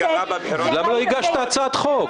למה לא הגשת הצעת חוק?